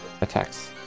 attacks